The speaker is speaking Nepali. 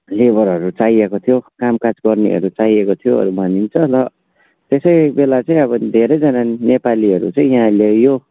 लेबरहरू चाहिएको थियो कामकाज गर्नेहरू चाहिएको थियोहरू भनिन्छ र त्यसैबेला चाहिँ अब धेरैजना नेपालीहरू चाहिँ यहाँ ल्याइयो